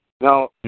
Now